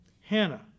Hannah